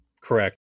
correct